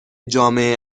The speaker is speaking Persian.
جامعه